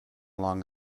long